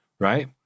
right